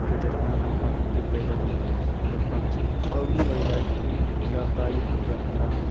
کے درمیان ہم آہنگی پیدا ہوئی نمبر پانچ قومی و علاقائی علاقائی بحران